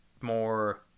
more